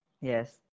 Yes